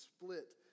split